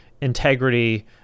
integrity